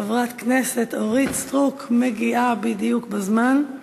חברת הכנסת אורית סטרוק מגיעה בדיוק בזמן.